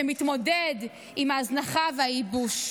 שמתמודד עם ההזנחה והייבוש.